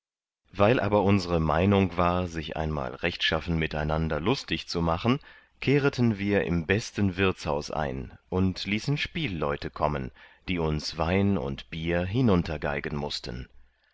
weil aber unsre meinung war sich einmal rechtschaffen miteinander lustig zu machen kehreten wir im besten wirtshaus ein und ließen spielleute kommen die uns wein und bier hinuntergeigen mußten